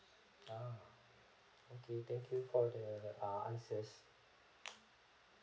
ah okay thank you for the ah answer